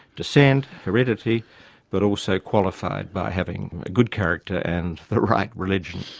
descent, heredity but also qualified by having a good character and the right religion.